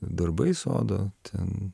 darbai sodo ten